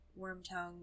wormtongue